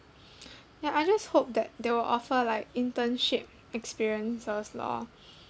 ya I just hope that they will offer like internship experiences lor